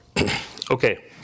Okay